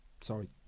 sorry